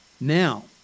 Now